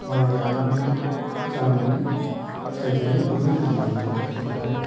माइ गायनानै जा मोनो फिथाइ थायो बेखौनो जों माइ मोनो बिनिफ्राय